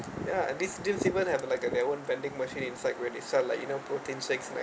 ya and this this even have like their own vending machine inside where they sell like you know protein shake like